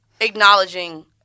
Acknowledging